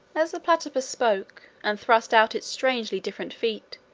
as the platypus spoke, and thrust out its strangely different feet,